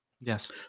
Yes